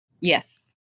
Yes